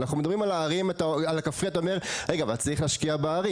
כשאנחנו מדברים על הכפרי אתה אומר רגע אבל צריך להשקיע בערים.